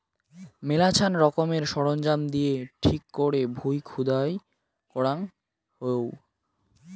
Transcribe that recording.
মেলাছান রকমের সরঞ্জাম দিয়ে ঠিক করে ভুঁই খুদাই করাঙ হউ